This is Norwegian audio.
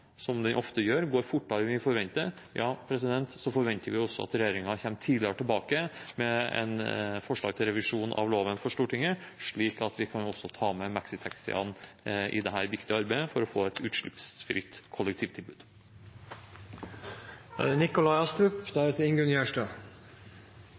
som den ofte gjør, går fortere enn vi forventer – ja, så forventer vi også at regjeringen kommer tidligere tilbake med forslag til revisjon av loven for Stortinget, slik at vi også kan ta med maxitaxiene i dette viktige arbeidet for å få et utslippsfritt